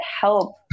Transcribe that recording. help